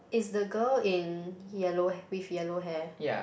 is the girl in yellow with yellow hair